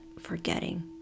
forgetting